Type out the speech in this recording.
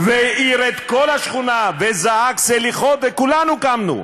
והעיר את כל השכונה, וזעק "סליחות" וכולנו קמנו.